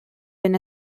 been